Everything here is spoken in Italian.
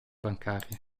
bancaria